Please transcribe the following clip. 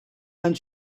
and